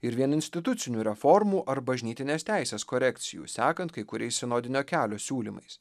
ir vien institucinių reformų ar bažnytinės teisės korekcijų sekant kai kuriais sinodinio kelio siūlymais